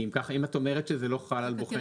כי אם את אומרת שזה לא חל על בוחן הרשות.